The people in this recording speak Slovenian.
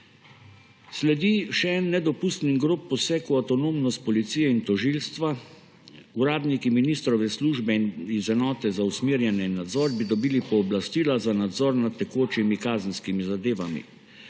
Sledi še en nedopusten in grob poseg v avtonomnost policije in tožilstva. Uradniki ministrove službe iz enote za usmerjanje in nadzor bi dobili pooblastila za nadzor nad tekočimi kazenskimi zadevami.